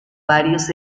varios